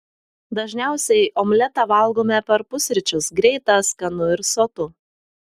dažniausiai omletą valgome per pusryčius greita skanu ir sotu